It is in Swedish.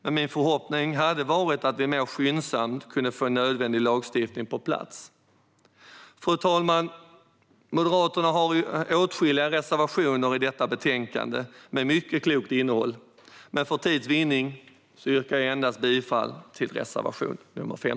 Men min förhoppning var att vi mer skyndsamt skulle kunna få en nödvändig lagstiftning på plats. Fru talman! Moderaterna har åtskilliga reservationer i detta betänkande med mycket klokt innehåll. Men för tids vinnande yrkar jag bifall endast till reservation 15.